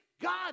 God